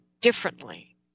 differently